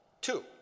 Two